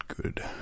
good